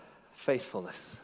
Faithfulness